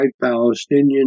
Palestinian